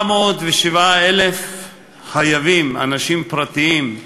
707,000 חייבים, אנשים פרטיים,